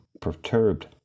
perturbed